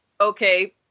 okay